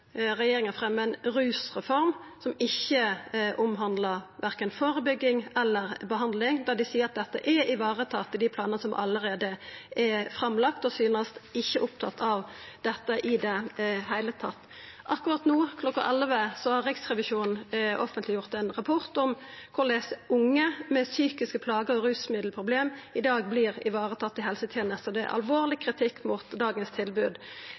regjeringa fremjar ei rusreform som ikkje omhandlar verken førebygging eller behandling, der dei seier at dette er varetatt i dei planane som allereie er lagde fram, og ikkje synest opptatt av dette i det heile. Akkurat no, kl. 11, har Riksrevisjonen offentleggjort ein rapport om korleis unge med psykiske plagar og rusmiddelproblem i dag vert varetatt i helsetenesta, og det er alvorleg kritikk mot dagens tilbod.